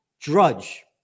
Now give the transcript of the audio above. Drudge